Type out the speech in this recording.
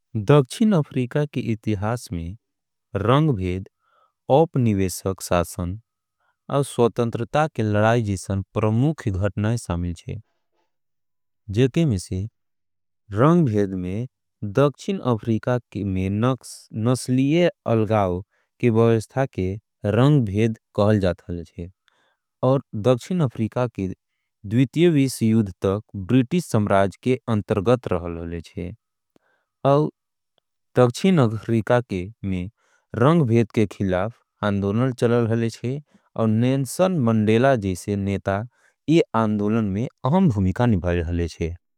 दक्षिण अफ्रीका के इतिहास में रंग भेद और उपनिवेश शासन औ। स्वतंत्रता के लड़ाई जैसन प्रमुख घटना शामिल छे जेके में से रंग। भेद में दक्षिण अफ्रीका के व्यवस्था के रंग भेद कहल जाय छे। दक्षिण अफ्रीका द्वितीय विश्व युद्ध तक ब्रिटिश शासन के अंदर। रहल हेले छे और दक्षिण अफ्रीका में रंग भेद के खिलाफआंदोलन। चलल हले छे और नेल्सन मंडेला जैसे नेता अहम भूमिका निभाए हाले छे।